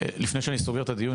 לפני שאני סוגר את הדיון,